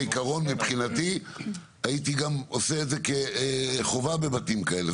מבחינתי אני גם הייתי עושה את זה כחובה בבתים כאלה,